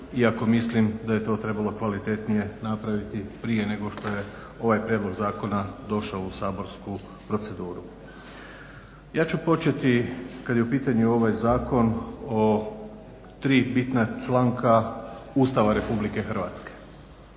iako mislim da je to trebalo kvalitetnije napraviti prije nego što je ovaj prijedlog zakona došao u saborsku proceduru. Ja ću početi kad je u pitanju ovaj zakon o tri bitna članka Ustava RH. Prvi je